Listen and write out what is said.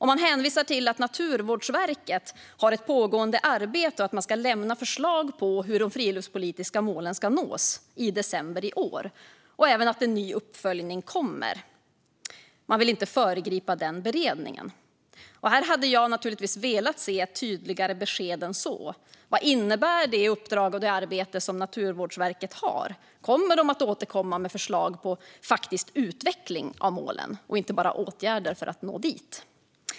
Man hänvisar också till att Naturvårdsverket har ett pågående arbete och att de i december i år ska lämna förslag på hur de friluftslivspolitiska målen ska nås. En ny uppföljning kommer också. Utskottet vill inte föregripa den beredning som pågår. Här hade jag naturligtvis velat se ett tydligare besked än så. Vad innebär det uppdrag och det arbete som Naturvårdsverket har? Kommer de att återkomma med förslag på faktisk utveckling av målen och inte bara på åtgärder för att nå dit?